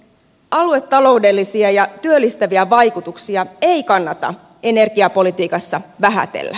aluetaloudellisia ja työllistäviä vaikutuksia ei kannata energiapolitiikassa vähätellä